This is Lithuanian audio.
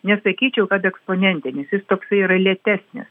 nesakyčiau kad eksponentinis jis toksai yra lėtesnis